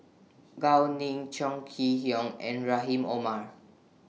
Gao Ning Chong Kee Hiong and Rahim Omar